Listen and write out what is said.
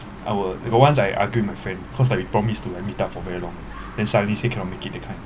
I will got once I argue with my friend cause like we promised to like meet up for very long then suddenly say cannot make it that kind